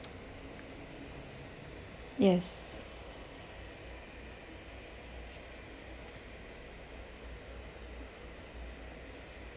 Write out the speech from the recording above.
yes